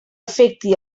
afecti